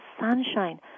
sunshine